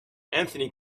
anthony